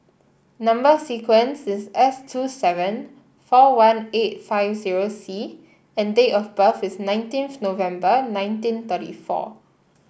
number sequence is S two seven four one eight five zero C and date of birth is nineteenth November nineteen thirty four